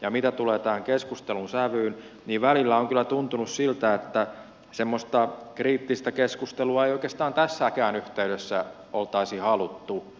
ja mitä tulee tähän keskustelun sävyyn niin välillä on kyllä tuntunut siltä että semmoista kriittistä keskustelua ei oikeastaan tässäkään yhteydessä oltaisi haluttu